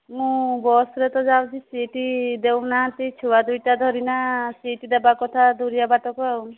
ମୁଁ ବସ୍ରେ ତ ଯାଉଛି ସିଟ୍ ଦେଉ ନାହାନ୍ତି ଛୁଆ ଦୁଇଟା ଧରି ସିଟ୍ ଦେବା କଥା ଦୂର ବାଟକୁ ଆଉ